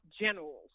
generals